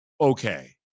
okay